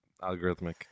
algorithmic